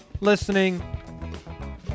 listening